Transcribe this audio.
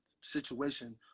situation